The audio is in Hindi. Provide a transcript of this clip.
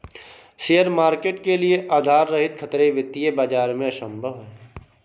शेयर मार्केट के लिये आधार रहित खतरे वित्तीय बाजार में असम्भव हैं